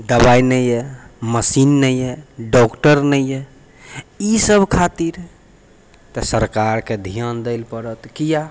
दवाइ नहि अइ मशीन नहि अइ डॉक्टर नहि अइ ई सब खातिर तऽ सरकारके धियान दैलए पड़त किया